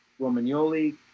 Romagnoli